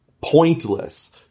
pointless